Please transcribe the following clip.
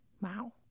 Wow